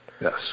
Yes